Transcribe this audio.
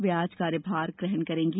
वे आज कार्यभार ग्रहण करेंगी